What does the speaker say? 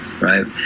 right